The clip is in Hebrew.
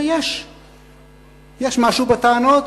ויש משהו בטענות,